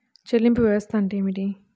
చెల్లింపు వ్యవస్థ అంటే ఏమిటి?